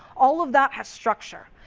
all of that has structure.